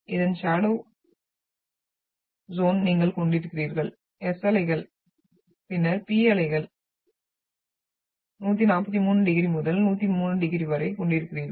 இதன்ஷடோவ் ஜ்யோன் நீங்கள் கொண்டிருக்கிறீர்கள் S அலைகள் பின்னர் P அலைகளை 143 டிகிரி முதல் 103 டிகிரி வரை கொண்டிருக்கிறீர்கள்